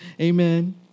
Amen